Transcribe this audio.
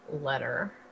letter